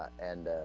and